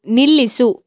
ನಿಲ್ಲಿಸು